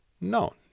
No